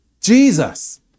Jesus